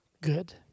good